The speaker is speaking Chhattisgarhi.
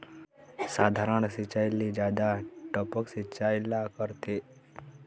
साधारण सिचायी ले जादा टपक सिचायी ला करथे